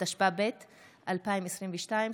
התשפ"ב 2022,